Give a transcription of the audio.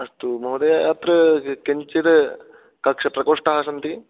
अस्तु महोदय अत्र किञ्चिद् कक्ष प्रकोष्ठाः सन्ति